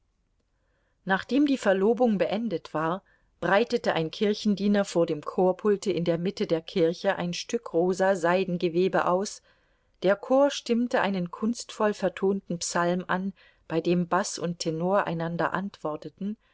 nachdem die verlobung beendet war breitete ein kirchendiener vor dem chorpulte in der mitte der kirche ein stück rosa seidengewebe aus der chor stimmte einen kunstvoll vertonten psalm an bei dem baß und tenor einander antworteten